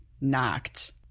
knocked